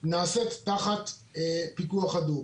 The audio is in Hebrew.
נעשית תחת פיקוח הדוק.